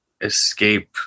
escape